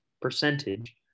percentage